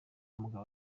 mugabo